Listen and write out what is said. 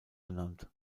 benannt